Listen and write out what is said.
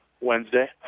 Wednesday